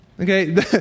Okay